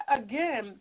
again